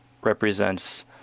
represents